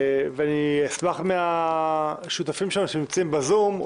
אני אשמח להשתתפות השותפים שלנו שנמצאים בזום,